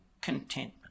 contentment